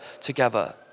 together